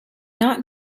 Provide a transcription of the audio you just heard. not